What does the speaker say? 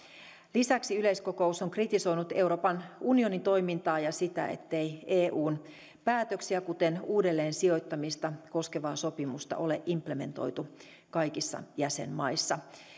lisäksi yleiskokous on kritisoinut euroopan unionin toimintaa ja sitä ettei eun päätöksiä kuten uudelleensijoittamista koskevaa sopimusta ole implementoitu kaikissa jäsenmaissa